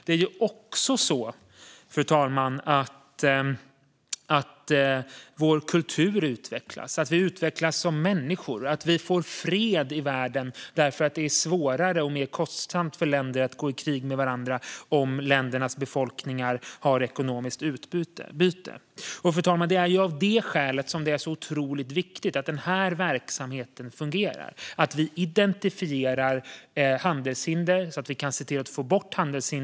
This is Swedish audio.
Det är också så att vår kultur utvecklas. Vi utvecklas som människor och får fred i världen, eftersom det är svårare och mer kostsamt för länder att gå i krig med varandra om ländernas befolkningar har ekonomiskt utbyte. Fru talman! Det är av det skälet som det är så otroligt viktigt att den här verksamheten fungerar, att vi identifierar handelshinder så att vi kan se till att få bort dem.